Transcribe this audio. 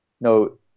No